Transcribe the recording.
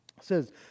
says